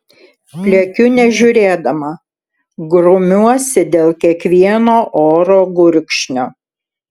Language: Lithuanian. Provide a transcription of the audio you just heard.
pliekiu nežiūrėdama grumiuosi dėl kiekvieno oro gurkšnio